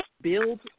build